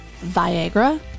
Viagra